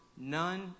none